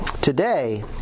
today